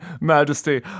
Majesty